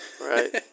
Right